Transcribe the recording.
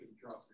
trust